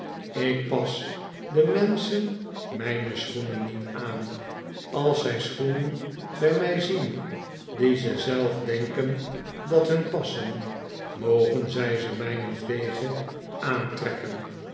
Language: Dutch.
ik pas de menschen myne schoenen niet aan als zij schoenen by mij zien die ze zelf denken dat hun passen mogen zy ze mynentwege aantrekken